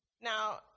Now